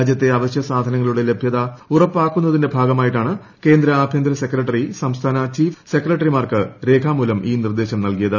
രാജ്യത്തെ അവശ്യസാധനങ്ങളുടെ ലഭ്യത ഉറപ്പാക്കുന്നതിന്റെ ഭാഗമായിട്ടാണ് കേന്ദ്ര ആഭ്യന്തര സെക്രട്ടറി സംസ്ഥാന ചീഫ് സെക്രട്ടറിമാർക്ക് രേഖാമൂലം ഈ നിർദേശം നൽകിയത്